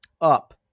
up